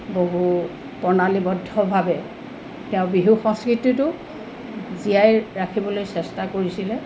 বহু প্ৰণালীবদ্ধভাৱে তেওঁ বিহু সংস্কৃতিটো জীয়াই ৰাখিবলৈ চেষ্টা কৰিছিলে